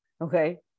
okay